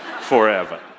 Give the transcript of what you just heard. forever